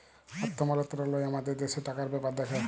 অথ্থ মলত্রলালয় আমাদের দ্যাশের টাকার ব্যাপার দ্যাখে